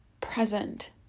present